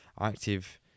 active